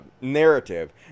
narrative